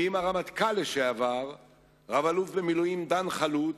ועם הרמטכ"ל לשעבר רב-אלוף במילואים דן חלוץ,